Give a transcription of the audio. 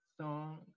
song